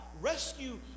rescue